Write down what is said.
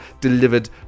delivered